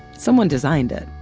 someone designed it